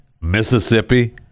Mississippi